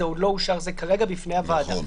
זה עוד לא אושר, זה כרגע בפני הוועדה.